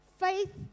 faith